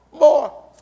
more